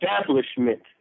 establishment